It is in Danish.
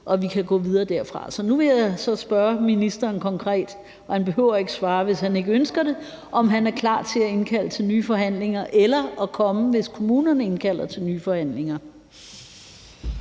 at vi kan gå videre derfra. Så nu vil jeg så spørge ministeren konkret, og han behøver ikke at svare, hvis han ikke ønsker det, om han er klar til at indkalde til nye forhandlinger eller til at komme, hvis kommunerne indkalder til nye forhandlinger.